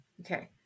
Okay